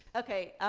okay,